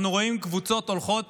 אנחנו רואים קבוצות הולכות